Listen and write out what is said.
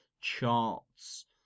charts